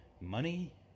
Money